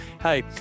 Hey